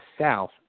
south